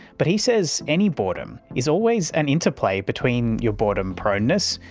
but he says any boredom is always an interplay between your boredom proneness,